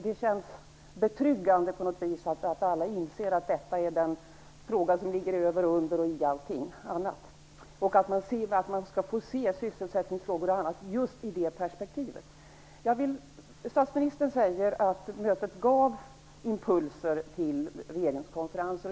Det känns betryggande att alla inser att detta är den fråga som ligger över, under och i allting annat och att man skall se sysselsättningsfrågor och annat just i det perspektivet. Statsministern säger att mötet gav impulser till regeringskonferensen.